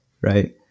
right